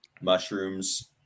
Mushrooms